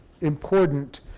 important